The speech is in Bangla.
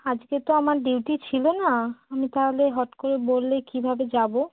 আজকে তো আমার ডিউটি ছিল না আমি তাহলে হট করে বললে কিভাবে যাবো